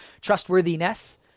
trustworthiness